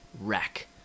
wreck